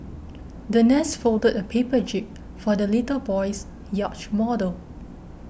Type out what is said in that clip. the nurse folded a paper jib for the little boy's yacht model